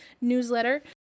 newsletter